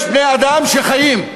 יש בני-אדם שחיים,